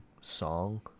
song